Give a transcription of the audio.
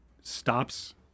stops